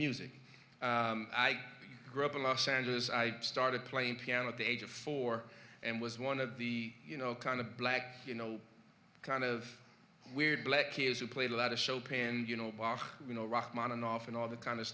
music i grew up in los angeles i started playing piano at the age of four and was one of the you know kind of black you know kind of weird black kids who played a lot of chopin and you know you know rock on and off and all that kind of